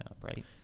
right